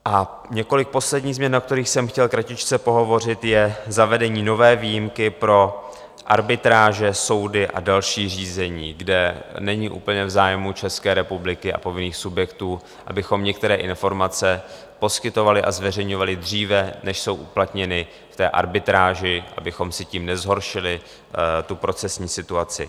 A několik posledních změn, o kterých jsem chtěl kratičce pohovořit, je zavedení nové výjimky pro arbitráže, soudy a další řízení, kde není úplně v zájmu České republiky a povinných subjektů, abychom některé informace poskytovali a zveřejňovali dříve, než jsou uplatněny v arbitráži, abychom si tím nezhoršili procesní situaci.